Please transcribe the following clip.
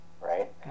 right